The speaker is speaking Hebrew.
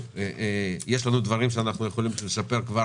והאם יש דברים שאנחנו יכולים לשפר כבר